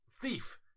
thief